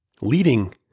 Leading